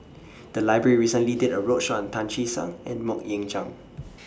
The Library recently did A roadshow on Tan Che Sang and Mok Ying Jang